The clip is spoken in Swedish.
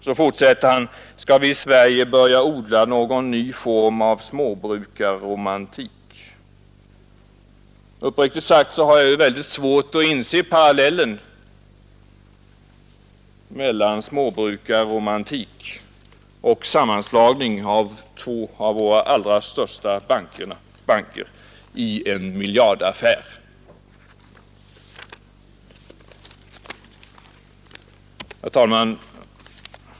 Sedan fortsätter han: ”Skall vi i Sverige börja odla någon ny form av småbrukarromantik?” Uppriktigt sagt har jag mycket svårt att inse parallellen mellan småbrukarromantik och sammanslagning av två av våra allra största banker i en miljardaffär. Herr talman!